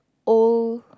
old